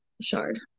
Shard